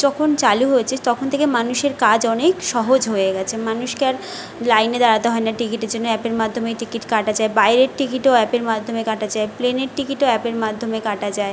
যখন চালু হয়েছে তখন থেকে মানুষের কাজ অনেক সহজ হয়ে গিয়েছে মানুষকে আর লাইনে দাঁড়াতে হয় না টিকিটের জন্য অ্যাপের মাধ্যমে টিকিট কাটা যায় বাইরের টিকিটও অ্যাপের মাধ্যমে কাটা যায় প্লেনের টিকিটও অ্যাপের মাধ্যমে কাটা যায়